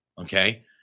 Okay